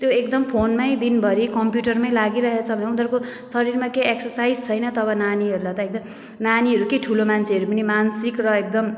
त्यो एकदम फोनमै दिनभरि कम्प्युटरमै लागिरहेछ भने उनीहरूको शरीरमा के एक्सर्साइज छैन तब नानीहरूलाई त एकदम नानीहरू के ठुलो मान्छेहरू मानसिक र एकदम